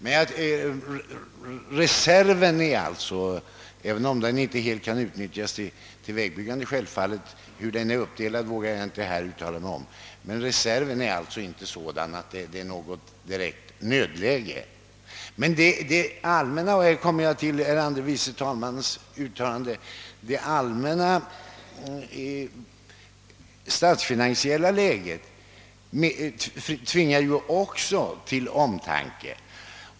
Men reserven är så stor, att det — även om medlen inte helt kan utnyttjas till vägbyggande; hur reserven är uppdelad vet jag inte — inte kan talas om något direkt nödläge. Även det allmänna statsfinansiella läget tvingar ju oss, herr Cassel, till omtanke.